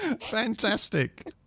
Fantastic